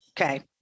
Okay